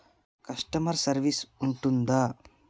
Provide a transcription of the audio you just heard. Customer service ఉంటుందా?